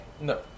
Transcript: No